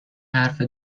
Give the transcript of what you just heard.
حرف